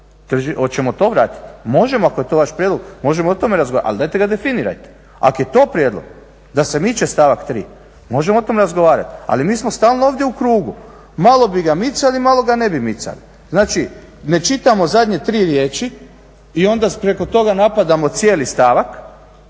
hoćemo to vratiti? Možemo ako je to vaš prijedlog, možemo o tome razgovarati ali dajte ga definirajte. Ako je to prijedlog da se miće stavak 3. možemo o tome razgovarati. Ali mi smo stalno ovdje u krugu, malo bi ga micali, malo ga ne bi micali. Znači ne čitamo zadnje tri riječi i onda preko toga napadamo cijeli stavak